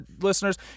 listeners